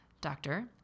Doctor